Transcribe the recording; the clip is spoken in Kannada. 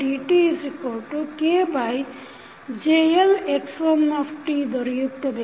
ದೊರೆಯುತ್ತದೆ